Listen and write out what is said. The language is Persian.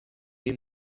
این